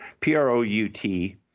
P-R-O-U-T